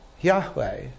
Yahweh